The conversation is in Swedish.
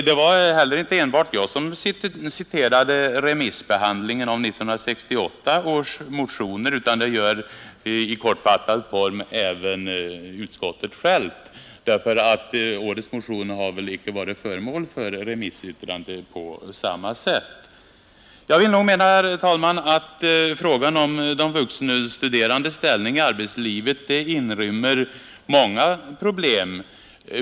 Det var heller inte enbart jag som anförde citat från remissbehandlingen av 1968 års motioner utan det gör i kortfattad form även utskottet självt; årets motion har väl icke varit föremål för remissbehandling på samma sätt. Nr 122 Jag menar, herr talman, att frågan om de vuxenstuderandes ställning i Fredagen den arbetslivet nog inrymmer många problem.